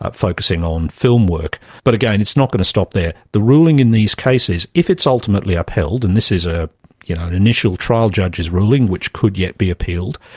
ah focusing on film work. but again, it's not going to stop there. the ruling in these cases, if it's ultimately upheld, and this is ah you know an initial trial judge's ruling which could yet be appealed,